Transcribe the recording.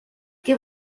qué